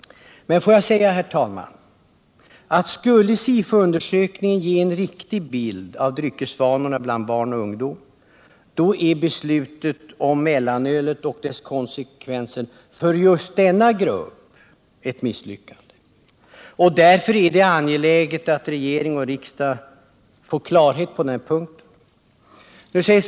Men, herr talman, om SIFO-undersökningen skulle ge en riktig bild av dryckesvanorna bland barn och ungdom, är beslutet om mellanölet och dess konsekvenser för den nämnda gruppen ett misslyckande. Därför är det angeläget att regering och riksdag får klarhet på denna punkt.